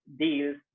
deals